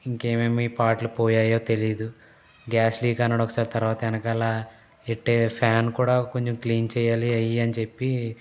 ఇంకేమేమి పార్ట్లు పోయాయో తెలీదు గ్యాస్ లీక్ అన్నాడు ఒకసారి తర్వాత ఎనకాల ఇట్టే ఫ్యాన్ కూడా కొంచెం క్లీన్ చేయాలి అయ్యి అని చెప్పి